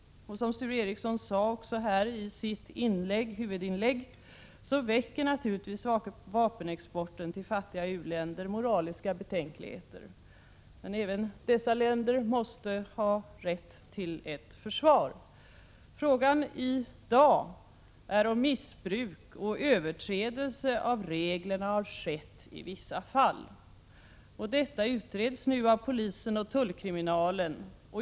Som Sture Ericson sade i sitt huvudinlägg, väcker naturligtvis vapenexporten till fattiga u-länder moraliska betänkligheter, men även dessa länder måste ha rätt till ett försvar. Frågan är i dag om missbruk och överträdelse av reglerna har skett i vissa fall. Detta utreds nu av polisen och tullkriminalen.